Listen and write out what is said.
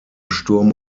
sturm